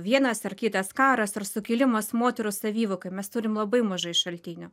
vienas ar kitas karas ar sukilimas moterų savivokai mes turim labai mažai šaltinių